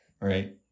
right